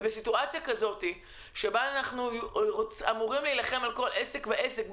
בסיטואציה שבה אנחנו אמורים להילחם על כל עסק ועסק,